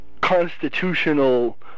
constitutional